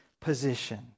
position